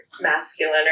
masculine